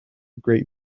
great